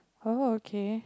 oh okay